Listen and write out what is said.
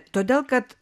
todėl kad